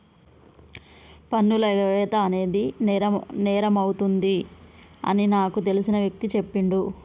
పన్నుల ఎగవేత అనేది నేరమవుతుంది అని నాకు తెలిసిన వ్యక్తి చెప్పిండు